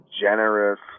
generous